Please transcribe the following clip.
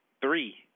three